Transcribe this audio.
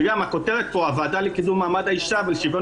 גם הכותרת פה: "הוועדה לקידום מעמד האישה ולשוויון